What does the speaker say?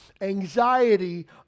anxiety